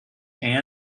anna